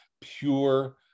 pure